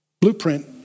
blueprint